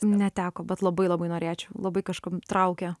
neteko bet labai labai norėčiau labai kažkuom traukia